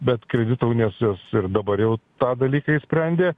bet kredito unijos jos ir dabar jau tą dalyką išsprendė